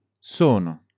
Sono